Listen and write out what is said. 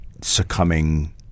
succumbing